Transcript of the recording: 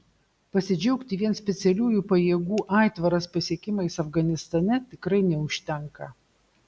pasidžiaugti vien specialiųjų pajėgų aitvaras pasiekimais afganistane tikrai neužtenka